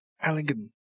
elegant